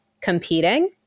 competing